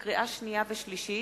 לקריאה שנייה ולקריאה שלישית,